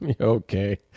okay